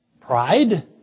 Pride